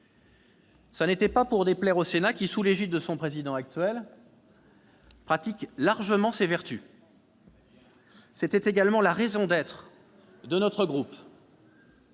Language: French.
Cela n'était pas pour déplaire au Sénat, qui, sous l'égide de son président actuel, pratique largement ces vertus. Très bien ! C'était également la raison d'être de notre groupe.